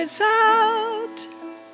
out